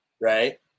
Right